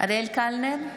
אריאל קלנר,